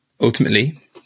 ultimately